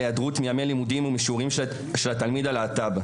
על היעדרות מימי לימודים ומשיעורים של התלמיד הלהט"ב.